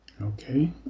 Okay